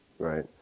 right